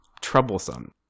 troublesome